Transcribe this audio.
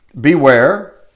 beware